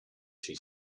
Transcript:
she